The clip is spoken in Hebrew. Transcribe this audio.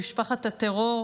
ממשפחת הטרור,